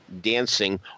dancing